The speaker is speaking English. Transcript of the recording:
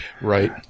right